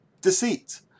deceit